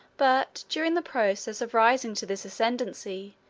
but, during the process of rising to this ascendency,